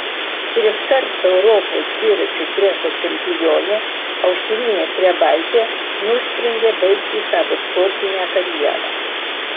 triskart europos dviračių treko čempionė aušrinė trebaitė nusprendė baigti savo sportinę karjerą